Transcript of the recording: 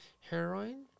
heroin